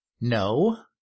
No